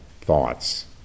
thoughts